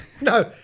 No